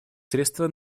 средства